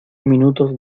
minutos